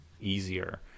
easier